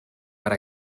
per